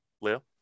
Leo